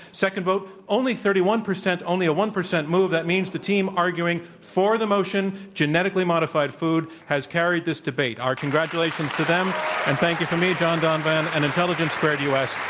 second vote, only thirty one percent, only a one percent move. that means the team arguing for the motion, genetically modified food, has carried this debate. our congratulations to them. and thank you from me, john donvan and intelligence square d u. s.